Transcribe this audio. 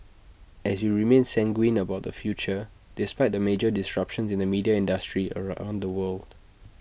as we remain sanguine about our future despite the major disruptions in the media industry A around the world